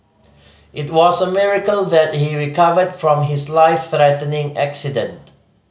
it was a miracle that he recovered from his life threatening accident